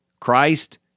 Christ